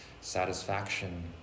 satisfaction